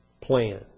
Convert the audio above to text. plan